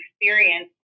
experience